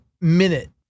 Minute